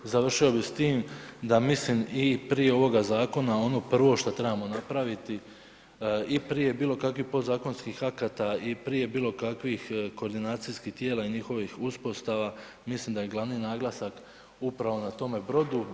Završio bih s tim da mislim i prije ovoga zakona, ono prvo što trebamo napraviti i prije bilo kakvih podzakonskih akata i prije bilo kakvih koordinacijskih tijela i njihovih uspostava, mislim je glavni naglasak upravo na tome brodu.